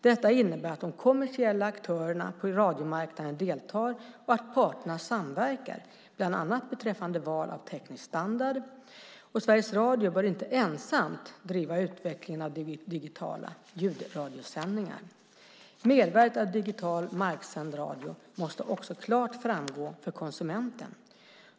Detta innebär att de kommersiella aktörerna på radiomarknaden deltar och att parterna samverkar bland annat beträffande val av teknisk standard. Sveriges Radio bör inte ensamt driva utvecklingen av digitala ljudradiosändningar. Mervärdet av digital marksänd radio måste också klart framgå för konsumenten.